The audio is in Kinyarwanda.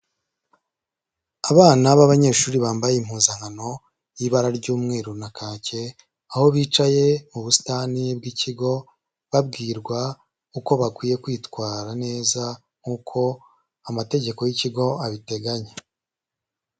Abana b'abanyeshuri bambaye impuzankano y'ibara ry'umweru na kake, aho bicaye mu busitani bw'ikigo babwirwa uko bakwiye kwitwara neza nk'uko amategeko y'ikigo abiteganya.